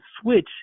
switch